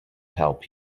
help